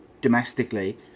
domestically